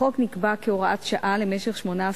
החוק נקבע כהוראת שעה למשך 18 חודש,